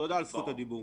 תודה על זכות הדיבור.